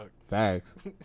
facts